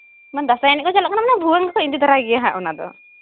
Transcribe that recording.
ᱢᱟᱱᱮ ᱫᱟᱸᱥᱟᱭ ᱮᱱᱮᱡ ᱠᱚ ᱪᱟᱞᱟᱜ ᱠᱟᱱᱟ ᱢᱟᱱᱮ ᱵᱷᱩᱣᱟᱹᱝ ᱫᱚᱠᱚ ᱤᱫᱤ ᱛᱟᱨᱟᱭ ᱜᱮᱭᱟ ᱦᱟᱸᱜ ᱚᱱᱟᱫᱚ